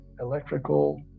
electrical